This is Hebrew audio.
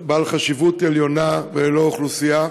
בעל חשיבות עליונה וללא אוכלוסייה,